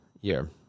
year